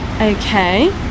Okay